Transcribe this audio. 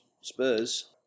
Spurs